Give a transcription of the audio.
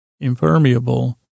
impermeable